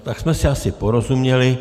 Tak jsme si asi porozuměli.